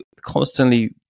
constantly